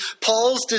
Paul's